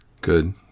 Good